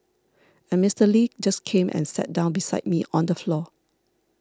and Mister Lee just came and sat down beside me on the floor